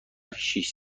شیش